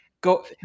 go